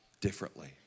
differently